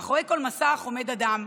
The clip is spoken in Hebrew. מאחורי כל מסך עומד אדם.